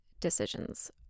decisions